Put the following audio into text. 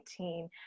2019